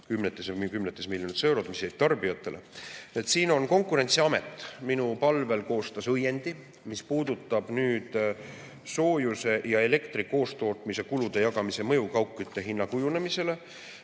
kümnetes miljonites eurodes, mis jäid tarbijatele. Konkurentsiamet minu palvel koostas õiendi, mis puudutab soojuse ja elektri koostootmise kulude jagamise mõju kaugkütte hinna kujunemisele.